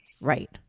Right